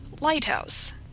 Lighthouse